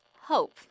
hope